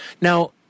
Now